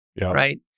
right